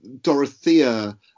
Dorothea